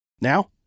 Now